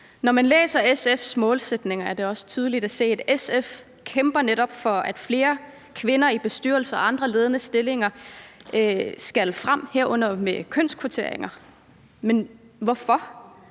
Når man læser SF's målsætninger, er det også tydeligt at se, at SF netop kæmper for flere kvinder i bestyrelser og andre ledende stillinger, herunder med kønskvoteringer. Men hvorfor?